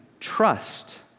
Trust